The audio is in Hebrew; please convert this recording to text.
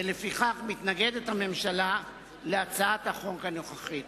לפיכך, הממשלה מתנגדת להצעת החוק הנוכחית.